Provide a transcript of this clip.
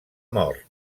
mort